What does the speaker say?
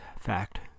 fact